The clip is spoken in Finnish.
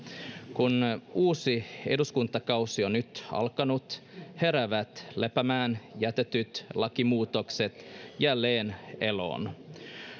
kun uusi eduskuntakausi on nyt alkanut heräävät lepäämään jätetyt lakimuutokset jälleen eloon